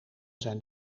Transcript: zijn